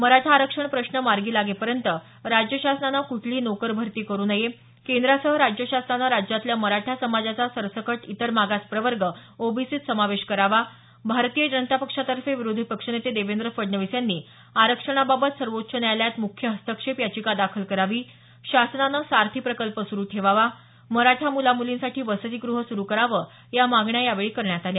मराठा आरक्षण प्रश्न मार्गी लागेपर्यंत राज्य शासनानं कुठलीही नोकर भरती करू नये केद्रासह राज्य शासनान राज्यातल्या मराठा समाजाचा सरसकट इतर मागास प्रवगे ओबीसीत समावेश करावा भारतीय जनता पक्षातर्फे विरोधी पक्षनेते देवेंद्र फडवणीस यांनी आरक्षणाबाबत सर्वोच्च न्यायालयात मुख्य हस्तक्षेप याचिका दाखल करावी शासनान सारथी प्रकल्प सुरू ठेवावा मराठा मुला मुलींसाठी वसतिगृह सुरू करावं या मागण्या यावेळी करण्यात आल्या